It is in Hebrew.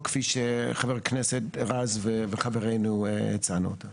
כפי שחבר הכנסת רז וחברינו הצענו אותו.